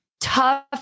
tough